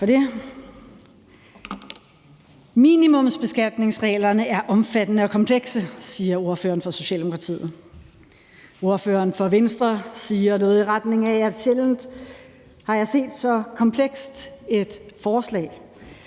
Minimumsbeskatningsreglerne er omfattende og komplekse, siger ordføreren fra Socialdemokratiet. Ordføreren fra Venstre siger noget i retning af: Sjældent har jeg set så komplekst et forslag.